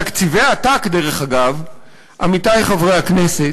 תקציבי עתק, דרך אגב, עמיתי חברי הכנסת,